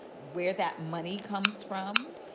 where that money comes from,